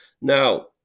Now